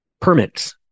permits